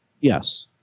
Yes